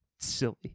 Silly